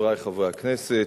חברי חברי הכנסת,